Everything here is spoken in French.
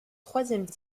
troisième